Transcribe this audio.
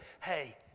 Hey